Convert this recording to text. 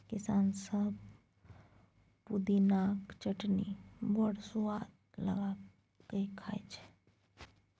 किसान सब पुदिनाक चटनी बड़ सुआद लगा कए खाइ छै